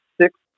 six